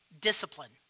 discipline